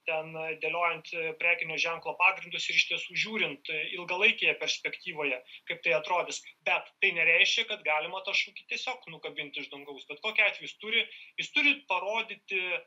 ten dėliojant prekinio ženklo pagrindus ir iš tiesų žiūrint ilgalaikėje perspektyvoje kaip tai atrodys bet tai nereiškia kad galima tą šūkį tiesiog nukabinti iš dangaus bet kokiu atveju jis turi jis turi parodyti